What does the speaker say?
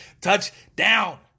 touchdown